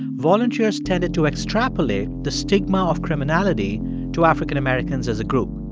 volunteers tended to extrapolate the stigma of criminality to african-americans as a group.